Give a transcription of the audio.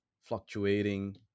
fluctuating